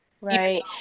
Right